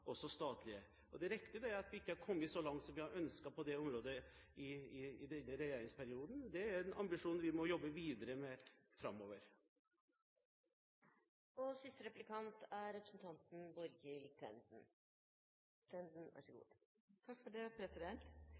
også statlige. Det er riktig at vi i denne regjeringsperioden ikke har kommet så langt på dette området som vi har ønsket. Det er en ambisjon vi må jobbe videre med framover. Næringspolitikk, verdiskaping og gründerpolitikk er viktig for Venstre. Det